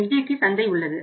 எல்ஜிக்கு சந்தை உள்ளது